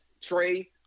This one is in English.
Trey